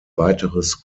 weiteres